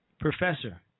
professor